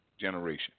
generation